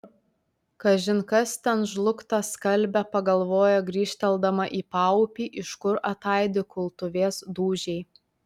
kažin kas ten žlugtą skalbia pagalvoja grįžteldama į paupį iš kur ataidi kultuvės dūžiai